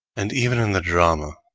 and even in the drama,